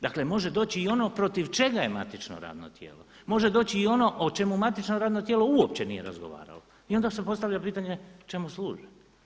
Dakle može doći i ono protiv čega je matično radno tijelo, može doći i ono o čemu matično radno tijelo uopće nije razgovaralo i onda se postavlja pitanje čemu služi.